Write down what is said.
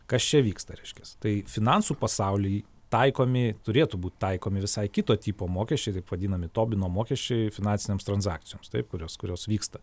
kas čia vyksta reiškias tai finansų pasaului taikomi turėtų būti taikomi visai kito tipo mokesčiai taip vadinami tobino mokesčiai finansinėms transakcijoms taip kurios kurios vyksta